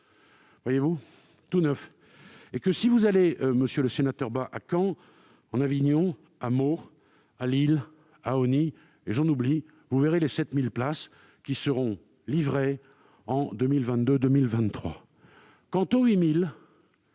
Lutterbach, tout neuf, et si vous allez, monsieur le sénateur Bas, à Caen, en Avignon, à Meaux, à Lille, à Osny, et j'en oublie, vous verrez les 7 000 places qui seront livrées en 2022-2023. Il faudra